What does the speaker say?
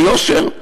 זה יושר?